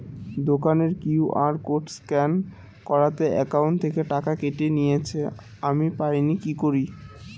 দোকানের QR code scan করাতে account থেকে টাকা কেটে নিয়েছে, আমি পাইনি কি করি?